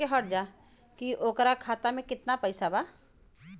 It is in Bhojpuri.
की ओकरा खाता मे कितना पैसा बा?